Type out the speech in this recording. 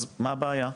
אז מה הבעיה?